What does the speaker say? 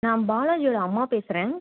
நான் பாலாஜியோடய அம்மா பேசுகிறேன்